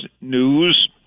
news